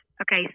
Okay